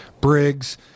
Briggs